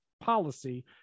policy